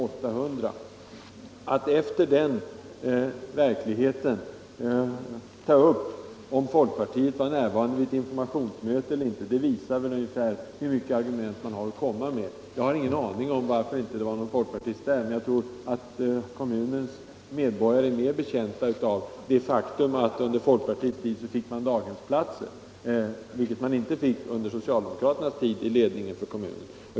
Att mot bakgrunden av den verkligheten ta upp frågan huruvida folkpartiet var närvarande vid ett informationsmöte eller inte visar hur litet argument man har att komma med. Jag har ingen aning om varför inte någon folkpartist var där, men jag tror att kommunens medborgare är mer betjänta av det faktum att man under folkpartiets tid i ledningen för kommunen fick daghemsplatser, vilket man inte fick under socialdemokraternas tid.